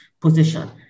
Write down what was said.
position